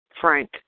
Frank